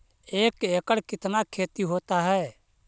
एक एकड़ कितना खेति होता है?